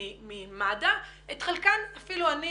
ממד"א ואת חלקן אפילו אני